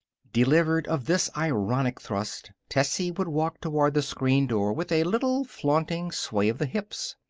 delivered of this ironic thrust, tessie would walk toward the screen door with a little flaunting sway of the hips.